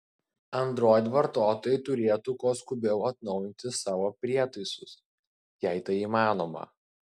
android vartotojai turėtų kuo skubiau atnaujinti savo prietaisus jei tai įmanoma